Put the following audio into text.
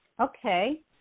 Okay